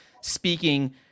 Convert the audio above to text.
speaking